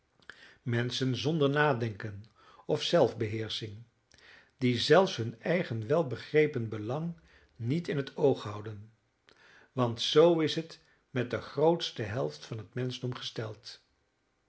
menschen zonder nadenken of zelfbeheersching die zelfs hun eigen welbegrepen belang niet in het oog houden want zoo is het met de grootste helft van t menschdom gesteld